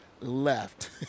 left